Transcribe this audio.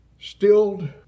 stilled